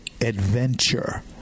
adventure